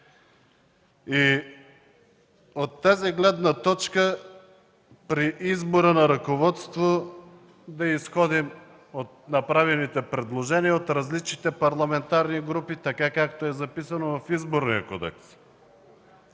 и от тази гледна точка при избора на ръководство да изходим от направените предложения от различните парламентарни групи, така както е записано в Изборния кодекс.